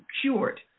cured